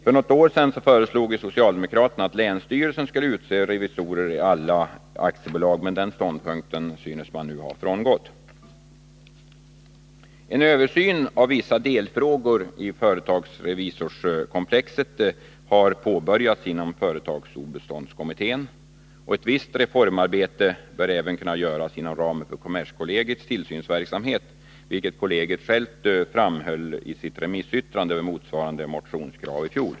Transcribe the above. För något år sedan föreslog socialdemokraterna att länsstyrelsen skulle utse revisorer i alla aktiebolag, men den ståndpunkten synes man nu ha frångått. En översyn av vissa delfrågor i företagsrevisionskomplexet har påbörjats inom företagsobeståndskommittén. Ett visst reformarbete bör även kunna göras inom ramen för kommerskollegiets tillsynsverksamhet, vilket kollegiet självt framhöll i sitt remissyttrande över motsvarande motionskrav i fjol.